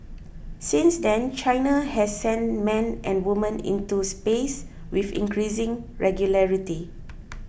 since then China has sent men and women into space with increasing regularity